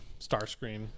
Starscream